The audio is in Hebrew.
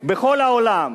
המוסלמים,